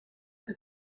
the